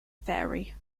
ferry